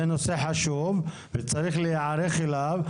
זה נושא חשוב וצריך להיערך אליו,